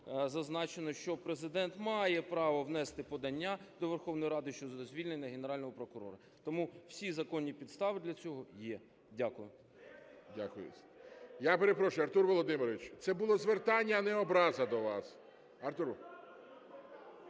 зазначено, що Президент має право внести подання до Верховної Ради щодо звільнення Генерального прокурора. Тому всі законні підстави для цього є. Дякую. ГОЛОВУЮЧИЙ. Дякую. Я перепрошую, Артур Володимирович, це було звертання, а не образа до вас.